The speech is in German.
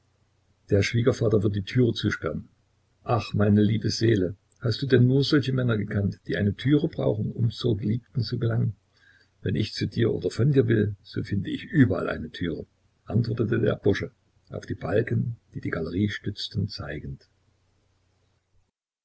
der schwiegervater wird die türe zusperren ach meine liebe seele hast du denn nur solche männer gekannt die eine türe brauchen um zur geliebten zu gelangen wenn ich zu dir oder von dir will so finde ich überall eine türe antwortete der bursche auf die balken die die galerie stützten zeigend